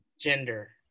gender